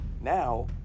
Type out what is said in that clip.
Now